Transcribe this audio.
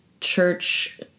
church